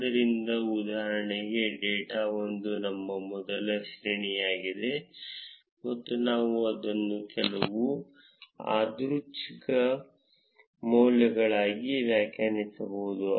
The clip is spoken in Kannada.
ಆದ್ದರಿಂದ ಉದಾಹರಣೆಗೆ ಡೇಟಾ 1 ನಮ್ಮ ಮೊದಲ ಶ್ರೇಣಿಯಾಗಿದೆ ಮತ್ತು ನಾವು ಅದನ್ನು ಕೆಲವು ಯಾದೃಚ್ಛಿಕ ಮೌಲ್ಯಗಳಾಗಿ ವ್ಯಾಖ್ಯಾನಿಸಬಹುದು